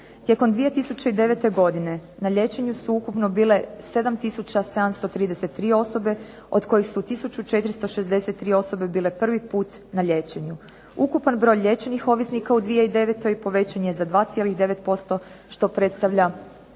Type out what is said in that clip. Tijekom 2009. godine na liječenju su ukupno bile 7733 osobe od kojih su 1463 osobe bile prvi put na liječenju. Ukupan broj liječenih ovisnika u 2009. povećan je za 2,9% što predstavlja lagani